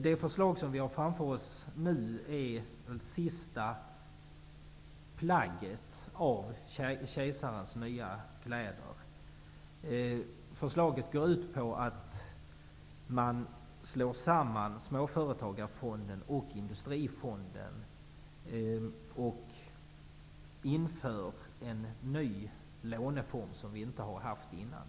Det förslag som vi har framför oss nu är det sista plagget av kejsarens nya kläder. Förslaget går ut på att man slår samman Småföretagsfonden och Industrifonden och inför en ny låneform som vi inte har haft tidigare.